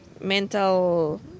mental